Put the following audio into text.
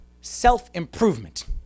self-improvement